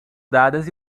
dadas